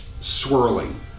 swirling